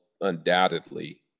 undoubtedly